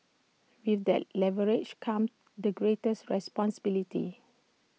with that leverage comes the greatest responsibility